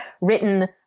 written